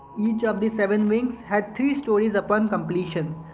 each of the seven wings had three stories upon completion,